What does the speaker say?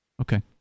okay